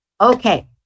Okay